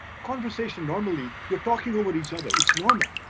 conversation normally, you're talking over each other, it's normal.